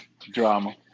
Drama